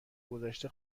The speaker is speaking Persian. گذشته